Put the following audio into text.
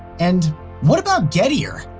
and what about gettier,